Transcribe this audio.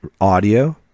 audio